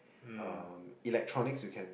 uh electronics you can